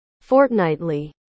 fortnightly